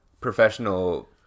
Professional